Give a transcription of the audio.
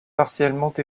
partiellement